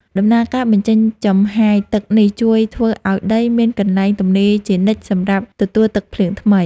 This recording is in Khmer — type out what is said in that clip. ដំណើរការបញ្ចេញចំហាយទឹកនេះជួយធ្វើឱ្យដីមានកន្លែងទំនេរជានិច្ចសម្រាប់ទទួលទឹកភ្លៀងថ្មី។